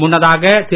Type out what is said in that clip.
முன்னதாக திரு